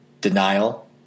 denial